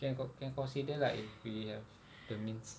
can con~ can consider lah if we have the means